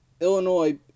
Illinois